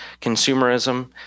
consumerism